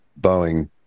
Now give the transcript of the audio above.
Boeing